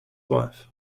wife